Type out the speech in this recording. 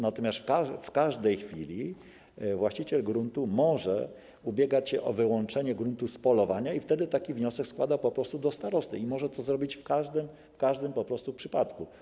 Natomiast w każdej chwili właściciel gruntu może ubiegać się o wyłączenie gruntu z polowania i wtedy taki wniosek składa po prostu do starosty, i może to zrobić po prostu w każdym przypadku.